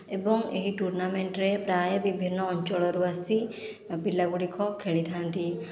ଏବଂ ଏହି ଟୁର୍ଣ୍ଣାମେଣ୍ଟରେ ପ୍ରାୟ ବିଭିନ୍ନ ଅଞ୍ଚଳରୁ ଆସି ପିଲା ଗୁଡ଼ିକ ଖେଳିଥାନ୍ତି